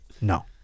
No